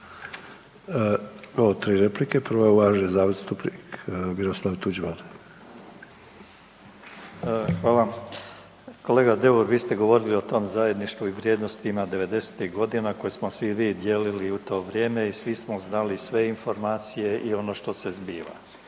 Imamo tri replike, prva je uvaženi zastupnik Miroslav Tuđman. **Tuđman, Miroslav (HDZ)** Hvala vam. Kolega Deur vi ste govorili o tom zajedništvu i vrijednostima devedesetih godina koje smo svi mi dijelili u to vrijeme i svi smo znali sve informacije i ono što se zbiva.